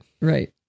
Right